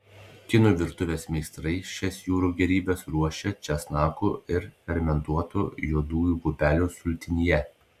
kinų virtuvės meistrai šias jūrų gėrybes ruošia česnakų ir fermentuotų juodųjų pupelių sultinyje